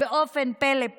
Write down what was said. בדרך פלא,